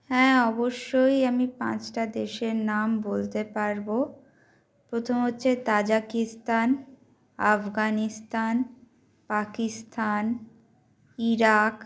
হ্যাঁ অবশ্যই আমি পাঁচটা দেশের নাম বলতে পারবো প্রথম হচ্ছে তাজাকিস্তান আফগানিস্তান পাকিস্থান ইরাক